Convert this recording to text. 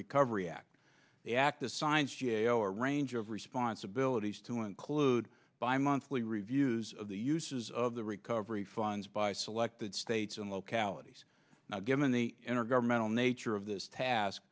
recovery act the act the science g a o range of responsibilities to include by monthly reviews of the uses of the recovery funds by selected states and localities given the intergovernmental nature of this task